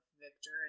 victor